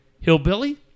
Hillbilly